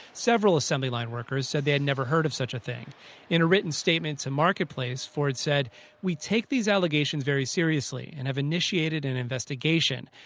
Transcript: several assembly line workers said they had never heard of such a thing in a written statement to marketplace, ford said we take these allegations very seriously and have initiated an investigation.